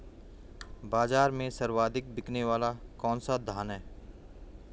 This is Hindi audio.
बाज़ार में सर्वाधिक बिकने वाला कौनसा धान है?